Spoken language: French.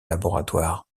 laboratoire